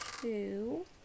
Two